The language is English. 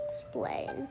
explain